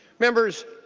members